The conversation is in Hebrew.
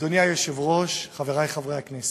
אדוני היושב-ראש, חברי חברי הכנסת,